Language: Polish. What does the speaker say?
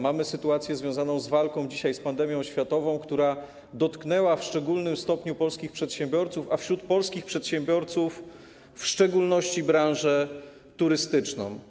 Mamy sytuację związaną z walką z pandemią światową, która dotknęła w szczególnym stopniu polskich przedsiębiorców, a wśród polskich przedsiębiorców - w szczególności branżę turystyczną.